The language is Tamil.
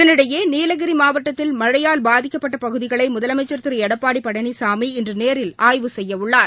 இதனிடையேநீலகிரிமாவட்டத்தில் பாதிக்கப்பட்டபகுதிகளைமுதலமைச்சர் ழழையால் திருஎடப்பாடிபழனிசாமி இன்றுநேரில் ஆய்வு செய்யவுள்ளார்